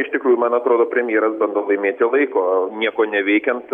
iš tikrųjų man atrodo premjeras bando laimėti laiko nieko neveikiant